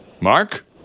Mark